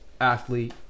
athlete